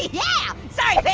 yeah, sorry pear,